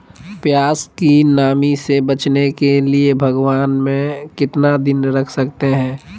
प्यास की नामी से बचने के लिए भगवान में कितना दिन रख सकते हैं?